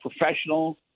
professional